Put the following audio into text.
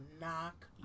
knock